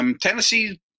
Tennessee